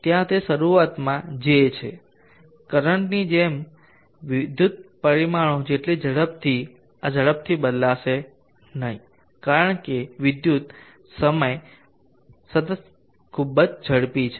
ત્યાં તે શરૂઆતમાં J છે કરંટની જેમ વિદ્યુત પરિમાણો જેટલી ઝડપથી આ ઝડપથી બદલાશે નહીં કારણ કે વિદ્યુત સમય સતત ખૂબ જ ઝડપી છે